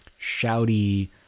shouty